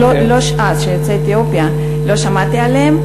יוצאי אתיופיה, לא שמעתי עליהם.